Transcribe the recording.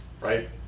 right